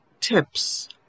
tips